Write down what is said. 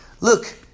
Look